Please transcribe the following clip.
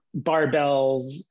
barbells